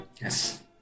Yes